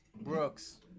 Brooks